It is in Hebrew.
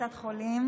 קצת חולים,